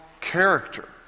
character